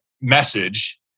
message